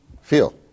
feel